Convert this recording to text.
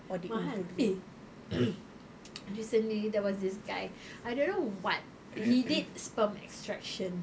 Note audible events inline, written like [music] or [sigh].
mahal eh [noise] recently there was this guy I don't know what he did sperm extraction